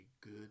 good